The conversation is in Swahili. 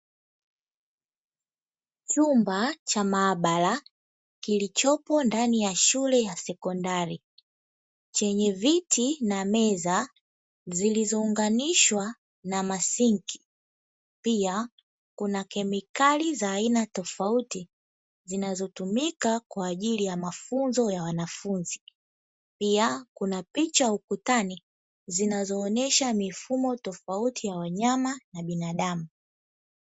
Chumba cha maabara kilichopo ndani ya shule ya sekondari chenye viti na meza zilizounganishwa na masinki, pia kuna kemikali za aina tofauti zinazotumika kwa ajili ya mafunzo ya wanafunzi pia kuna picha ukutani zinazoanesha mifumo tofauti ya wanyama na binadamu.